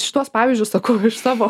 šituos pavyzdžius sakau iš savo